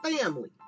family